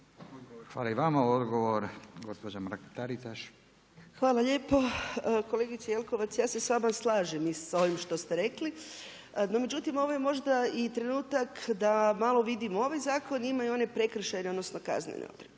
**Mrak-Taritaš, Anka (Nezavisni)** Hvala lijepo. Kolegice Jelkovac ja se s vama slažem i sa ovim što ste rekli. No međutim ovo je možda i trenutak da malo vidimo, ovaj zakon ima i one prekršajne, odnosno kaznene odredbe.